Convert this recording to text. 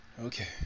Okay